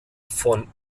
von